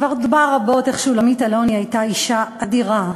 כבר דובר רבות איך שולמית אלוני הייתה אישה אדירה,